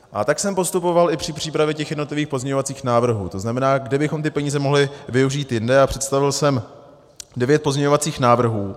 A tak jsem postupoval i při přípravě těch jednotlivých pozměňovacích návrhů, tzn. kde bychom ty peníze mohli využít jinde, a představil jsem devět pozměňovacích návrhů.